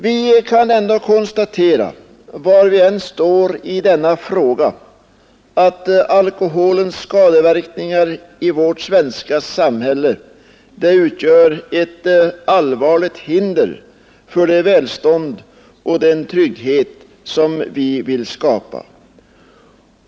Vi kan ändå konstatera, var vi än står i denna fråga, att .alkoholens skadeverkningar i vårt svenska samhälle utgör ett allvarligt hinder för det välstånd och den trygghet som vi vill skapa.